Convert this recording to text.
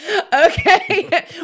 Okay